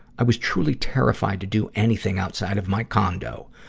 i was truly terrified to do anything outside of my condo.